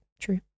true